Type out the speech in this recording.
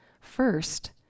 First